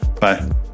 Bye